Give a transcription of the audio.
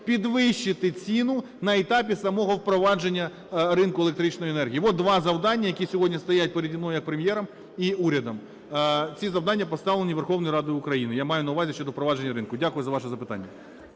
підвищити ціну на етапі самого впровадження ринку електричної енергії. От два завдання, які сьогодні стоять переді мною як Прем’єром і урядом. Ці завдання поставлені Верховною Радою України, я маю на увазі щодо впровадження ринку. Дякую за ваше запитання.